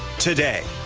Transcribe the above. today.